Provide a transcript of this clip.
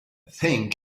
think